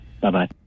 Bye-bye